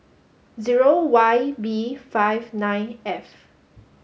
zero Y B five nine F